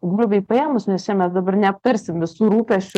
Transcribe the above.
grubiai paėmus nes čia mes dabar neaptarsim visų rūpesčių